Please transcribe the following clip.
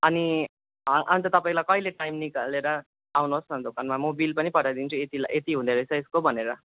अनि अन्त तपाईँलाई कहिले टाइम निकालेर आउनुहोस् न दोकानमा म बिल पनि पठाइदिन्छु यति लाग् यति हुँदोरहेछ यसको भनेर